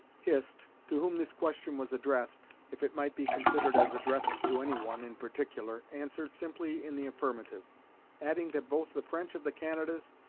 hist, to whom this question was addressed, if it might be considered as addressed to any one, in particular, answered simply in the affirmative adding that both the french of the canadas,